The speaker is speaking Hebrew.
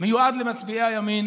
מיועד למצביעי הימין